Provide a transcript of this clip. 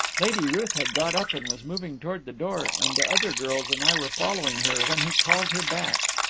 lady ruth had got up, and was moving towards the door, and the other girls and i were following her, when he called her back.